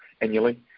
annually